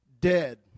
dead